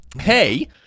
Hey